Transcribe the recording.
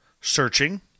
searching